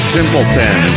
Simpleton